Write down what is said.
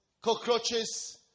cockroaches